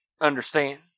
Understand